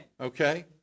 Okay